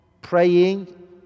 Praying